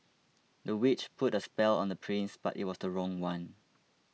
the witch put a spell on the prince but it was the wrong one